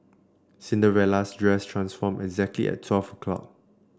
Cinderella's dress transform exactly at twelve o' clock